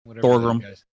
Thorgrim